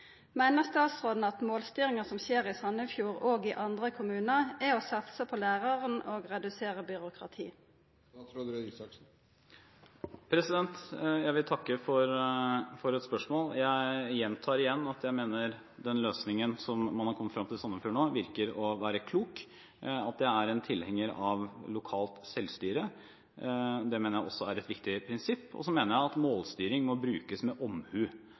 Meiner statsråden at målstyringa som skjer i Sandefjord og i andre kommunar, er å satsa på læraren og redusera byråkrati?» Jeg vil takke for spørsmålet. Jeg gjentar igjen at jeg mener den løsningen som man har kommet frem til i Sandefjord nå, virker å være klok. Jeg er en tilhenger av lokalt selvstyre. Det mener jeg er et viktig prinsipp. Jeg mener også at målstyring må brukes med omhu.